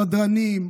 סדרנים,